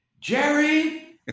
Jerry